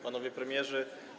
Panowie Premierzy!